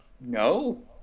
No